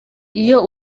iyo